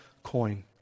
coin